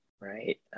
right